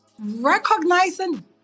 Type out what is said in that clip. recognizing